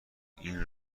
این